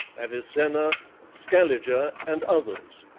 avicenna, scaliger, and others.